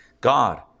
God